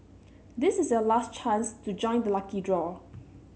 this is your last chance to join the lucky draw